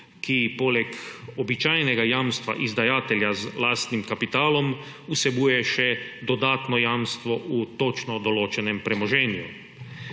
ki poleg običajnega jamstva izdajatelja z lastnim kapitalom vsebuje še dodatno jamstvo v točno določenem premoženju.